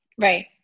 Right